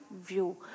view